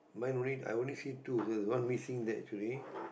mine only I only see the one missing that truly